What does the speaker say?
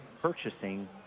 purchasing